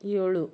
ಏಳು